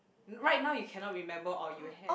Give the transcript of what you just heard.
right now you cannot remember or you ha~